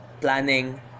planning